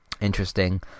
interesting